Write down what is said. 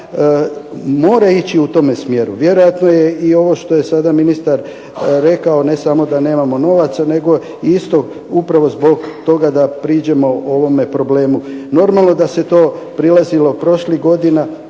mora ići u tome smjeru. Vjerojatno je ovo što je sada ministar rekao ne samo da nemamo novaca, nego isto upravo zbog toga da priđemo ovome problemu. Normalno da se tome prilazilo prošlih godina